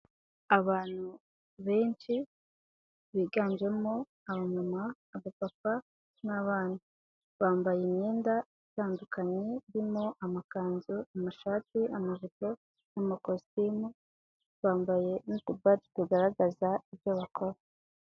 Abantu benshi biganjemo abamama, abapapa n'abana, bambaye imyenda itandukanye irimo amakanzu, amashati, amajipo n'amakositimu, bambaye n'udukote tugaragaza ibyo bakora.